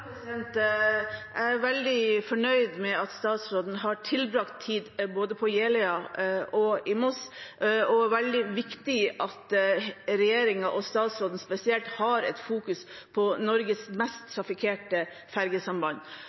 Jeg er veldig fornøyd med at statsråden har tilbrakt tid både på Jeløya og i Moss, og det er veldig viktig at regjeringen og statsråden fokuserer spesielt på Norges mest trafikkerte